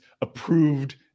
approved